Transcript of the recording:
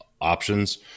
options